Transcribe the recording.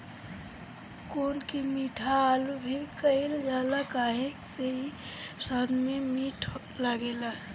कोन के मीठा आलू भी कहल जाला काहे से कि इ स्वाद में मीठ लागेला